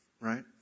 right